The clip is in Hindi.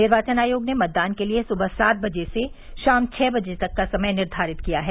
निर्वाचन आयोग ने मतदान के लिये सुबह सात बजे से शाम छह बजे तक का समय निर्धारित किया है